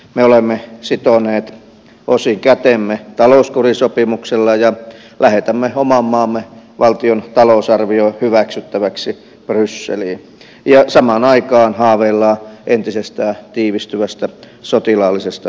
me olemme sitoneet osin kätemme talouskurisopimuksella ja lähetämme oman maamme valtion talousarvion hyväksyttäväksi brysseliin ja samaan aikaan haaveillaan entisestään tiivistyvästä sotilaallisesta yhteistyöstä